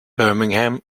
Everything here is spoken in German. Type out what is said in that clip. birmingham